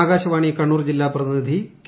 ആകാശവാണി കണ്ണൂർ ജില്ലാ പ്രതിനിധി കെ